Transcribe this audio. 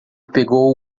pegou